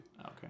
Okay